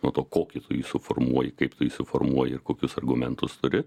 nuo to kokį tu jį suformuoji kaip tu jį suformuoji ir kokius argumentus turi